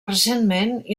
recentment